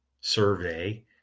survey